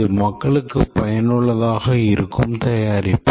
இது மக்களுக்கு பயனுள்ளதாக இருக்கும் தயாரிப்பு